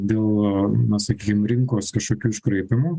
dėl na sakykime rinkos kažkokių iškraipymų